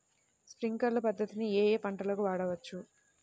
Sprinkler పద్ధతిని ఏ ఏ పంటలకు వాడవచ్చు?